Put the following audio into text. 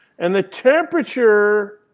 and the temperature